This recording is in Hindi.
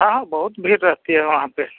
हाँ हाँ बहुत भीड़ रहती है वहाँ पर